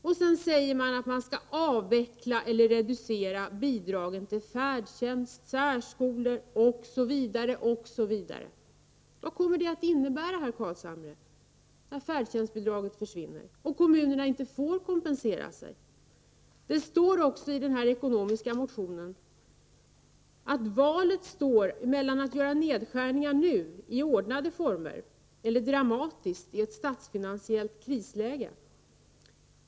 Och sedan står det att man skall avveckla eller reducera bidragen till färdtjänst, särskolor, osv. Vad kommer det att innebära, herr Carlshamre, att färdtjänstbidragen försvinner och kommunerna inte får kompensera sig? Man kan också läsa i den ekonomiska motionen att valet står mellan att göra nedskärningar nu, i ordnade former, eller dramatiskt, i ett statsfinansiellt krisläge.